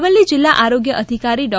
અરવલ્લી જિલ્લા આરોગ્ય અધિકારી ડો